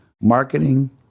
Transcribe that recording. marketing